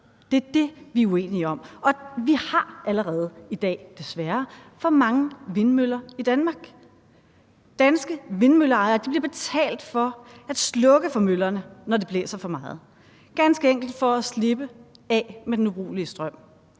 Det er det, vi er uenige om. Og vi har allerede i dag – desværre – for mange vindmøller i Danmark. Danske vindmølleejere bliver betalt for at slukke for møllerne, når det blæser for meget, ganske enkelt for at slippe af med den ubrugelige strøm.